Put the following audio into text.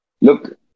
look